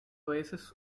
veces